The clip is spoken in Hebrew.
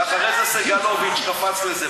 ואחרי זה סגלוביץ קפץ לזה.